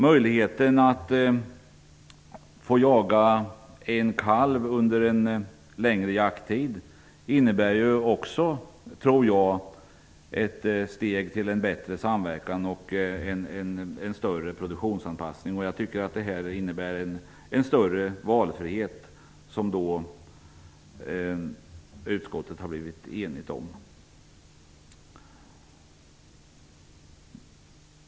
Möjligheten att få jaga en kalv under en längre jakttid innebär ju också ett steg till en bättre samverkan och större produktionsanpassning. Jag tycker att det som utskottet har blivit enigt om innebär en större valfrihet.